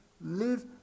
live